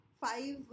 five